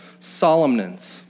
solemnness